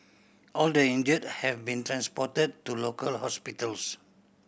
all the injured have been transported to local hospitals